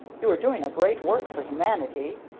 you are doing a great work for humanity.